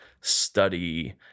study